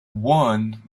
won